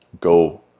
go